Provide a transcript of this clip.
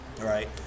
Right